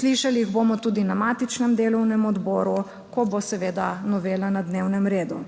Slišali jih bomo tudi na matičnem delovnem odboru, ko bo seveda novela na dnevnem redu.